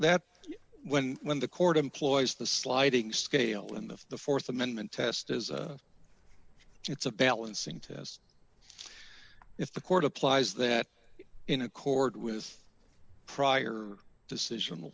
that when when the court employs the sliding scale in the the th amendment test as it's a balancing test if the court applies that in accord with prior decision the